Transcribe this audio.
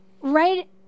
right